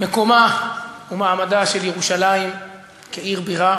מקומה ומעמדה של ירושלים כעיר בירה